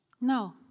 No